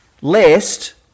Lest